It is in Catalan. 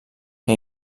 que